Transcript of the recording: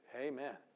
Amen